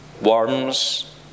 worms